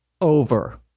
over